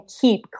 keep